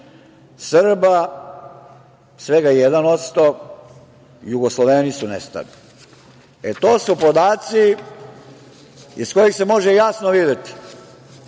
Srba svega 1%, Jugosloveni su nestali. To su podaci iz kojih se može jasno videti